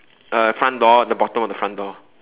uh front door at the bottom of the front door